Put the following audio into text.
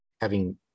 having-